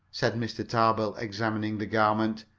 said mr. tarbill, examining the garment.